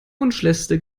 wunschliste